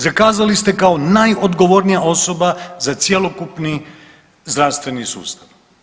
Zakazali ste kao najodgovornija osoba za cjelokupni zdravstveni sustav.